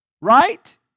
right